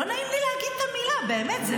לא נעים לי להגיד את המילה שוב,